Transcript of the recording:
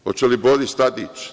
Hoće li Boris Tadić?